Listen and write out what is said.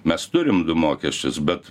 mes turim du mokesčius bet